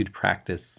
practice